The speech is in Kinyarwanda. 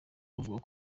bavuga